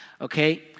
Okay